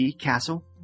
Castle